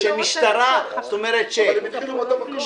שמשטרה --- בנק ישראל לא רצה --- אבל הם התחילו מאותו מקום.